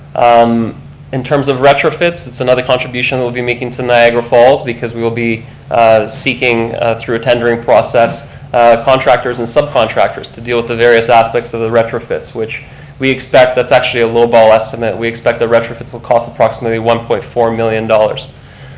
um in terms of retrofits, it's another contribution we'll be making to niagara falls because we will be seeking through a tendering process contractors and subcontractors to deal with the various aspects of the retrofits. which we expect, that's actually a low ball estimate, we expect the retrofits will cost approximately one point four million dollars.